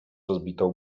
rozbitą